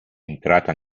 entrata